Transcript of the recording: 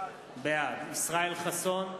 בעד ישראל חסון,